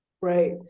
Right